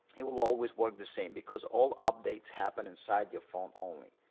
it will always work the same because all updates happen inside your phone only.